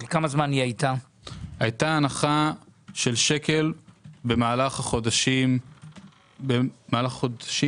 הייתה הנחה של שקל במהלך החודשים יולי ואוגוסט.